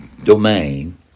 domain